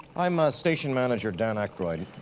i'm ah station manager, dan aykroyd.